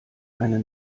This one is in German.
eine